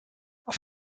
auf